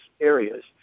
areas